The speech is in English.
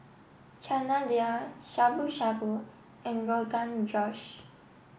Chana Dal Shabu Shabu and Rogan Josh